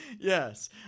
Yes